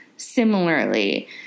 similarly